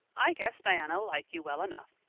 i guess diana ll like you well enough.